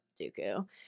Dooku